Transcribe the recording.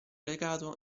recato